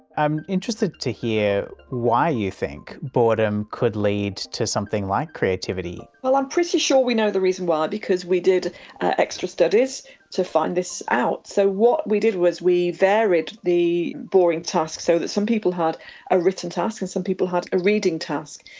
i'm interested to hear why you think boredom could lead to something like creativity. well i'm pretty sure we know the reason why, because we did extra studies to find this out. so what we did was we varied the boring tasks, so some people had a written task and some people had a reading task.